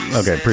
okay